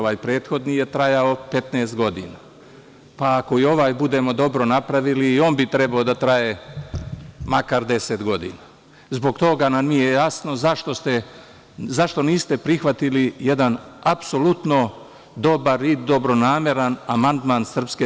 Ovaj prethodni je trajao 15 godina, pa ako i ovaj budemo dobro napravili i on bi trebalo da traje makar deset godina, zbog toga nam nije jasno zašto niste prihvatili jedan apsolutno dobar i dobronameran amandman SRS.